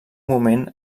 moment